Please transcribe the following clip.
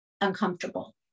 uncomfortable